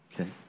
Okay